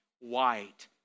white